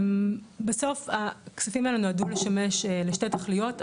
בסוף הכספים האלו נועדו לשמש לשתי תכליות.